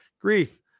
Grief